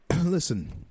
listen